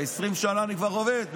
20 שנה אני כבר עובד.